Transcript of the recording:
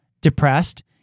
depressed